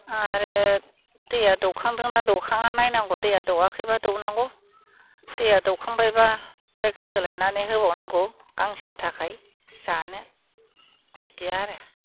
आरो दैआ दौखांदों ना दौखाङा नायनांगौ दैआ दौवाखैबा दौनांगौ दैया दौखांबायबा जायगा सोलायनानै होबावनांगौ गांसोनि थाखाय जानो बिदि आरो